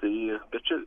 tai bet čia